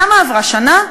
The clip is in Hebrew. כמה עבר, שנה?